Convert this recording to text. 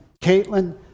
Caitlin